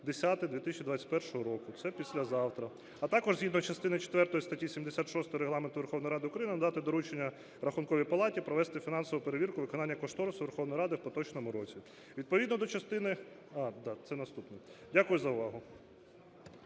07.10.2021 року, це післязавтра. А також згідно частини четвертої статті 76 Регламенту Верховної Ради України дати доручення Рахунковій палаті провести фінансову перевірку виконання кошторису Верховної Ради в поточному році. Відповідно до частини... Да, це наступе. Дякую за увагу.